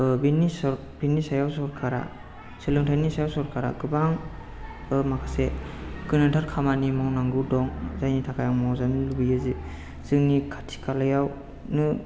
बिनि सर बिनि सायाव सरखारा सोलोंथाइनि सायाव सरखारा गोबां माखासे गोनांथार खामानि मावनांगौ दं जायनि थाखाय आं मावजानो लुबैयो जे जोंनि खाथि खालायावनो